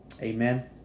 Amen